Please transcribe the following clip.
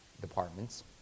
departments